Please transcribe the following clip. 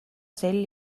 sel